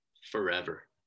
forever